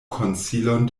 konsilon